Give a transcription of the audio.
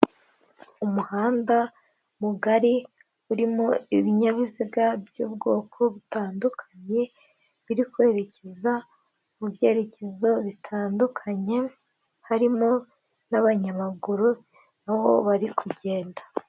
Umuhanda mugari urimo ibinyabiziga by'ubwoko butandukanye biri kwerekeza mu byerekezo bitandukanye, harimo n'abanyamaguru aho bari kugenda